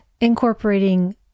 incorporating